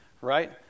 right